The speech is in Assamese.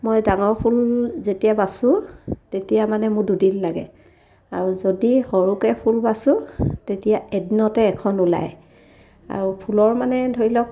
মই ডাঙৰ ফুল যেতিয়া বাচোঁ তেতিয়া মানে মোৰ দুদিন লাগে আৰু যদি সৰুকৈ ফুল বাচোঁ তেতিয়া এদিনতে এখন ওলায় আৰু ফুলৰ মানে ধৰি লওক